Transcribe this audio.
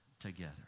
together